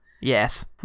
Yes